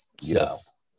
Yes